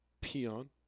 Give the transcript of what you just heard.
Peon